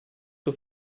tuo